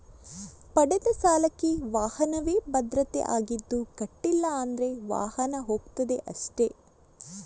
ಪಡೆದ ಸಾಲಕ್ಕೆ ವಾಹನವೇ ಭದ್ರತೆ ಆಗಿದ್ದು ಕಟ್ಲಿಲ್ಲ ಅಂದ್ರೆ ವಾಹನ ಹೋಗ್ತದೆ ಅಷ್ಟೇ